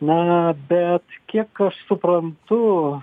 na bet kiek aš suprantu